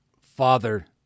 Father